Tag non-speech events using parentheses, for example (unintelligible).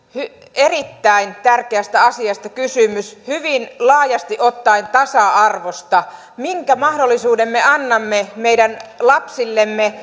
erittäin tärkeästä asiasta kysymys hyvin laajasti ottaen tasa arvosta minkä mahdollisuuden me annamme meidän lapsillemme (unintelligible)